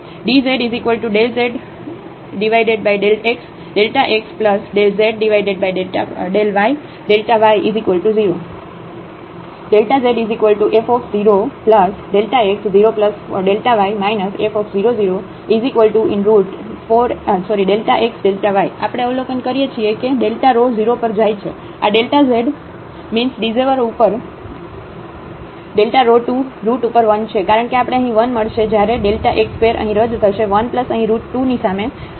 dz∂z∂xx∂z∂yΔy0 zf0x0y f00ΔxΔy આપણે અવલોકન કરીએ છીએ કે Δ rho 0 પર જાય છે આ Δ z મિનસ ડીઝેવર ઉપર Δ rho 2 રુટ ઉપર 1 છે કારણ કે આપણે અહીં 1 મળશે જ્યારે Δ x ² અહીં રદ થશે 1 અહીં રુટ 2 ની સામે 1 આવશે